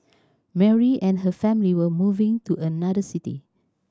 Mary and her family were moving to another city